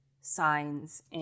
signs